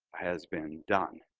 has been done,